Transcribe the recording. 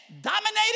dominated